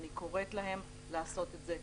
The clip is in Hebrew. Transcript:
אני קוראת להם לעשות את זה הבוקר.